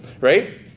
right